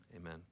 amen